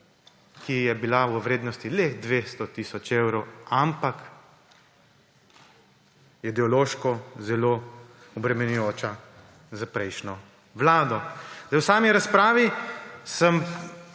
ki je bila v vrednosti le 200 tisoč evrov, ampak ideološko zelo obremenjujoča za prejšnjo vlado. V sami razpravi sem